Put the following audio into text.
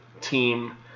team